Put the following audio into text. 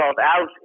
out